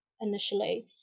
initially